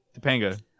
Topanga